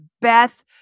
Beth